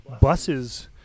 buses